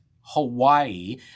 Hawaii